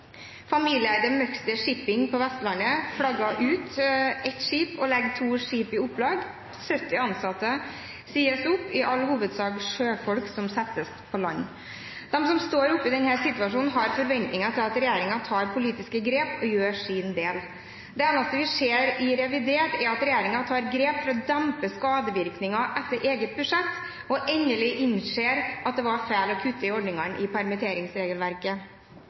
Shipping på Vestlandet flagger ut ett skip og legger to skip i opplag. 70 ansatte sies opp – i all hovedsak sjøfolk som settes på land. De som står oppe i denne situasjonen, har forventninger til at regjeringen tar politiske grep og gjør sin del. Det eneste vi ser i revidert, er at regjeringen tar grep for å dempe skadevirkninger etter eget budsjett og endelig innser at det var feil å kutte i ordningene i permitteringsregelverket.